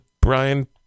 brian